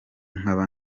nkaba